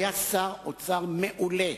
היה שר אוצר מעולה.